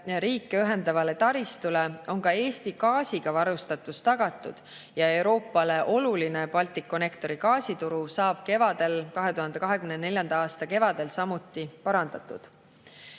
riike ühendavale taristule on ka Eesti gaasiga varustatus tagatud ja Euroopale oluline Balticconnectori gaasitoru saab 2024. aasta kevadel samuti parandatud.